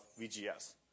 VGS